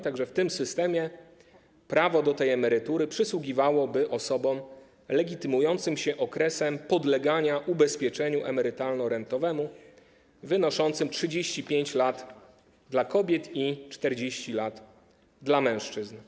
Tak że w tym systemie prawo do tej emerytury przysługiwałoby osobom legitymującym się okresem podlegania ubezpieczeniu emerytalno-rentowemu wynoszącym 35 lat dla kobiet i 40 lat dla mężczyzn.